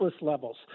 levels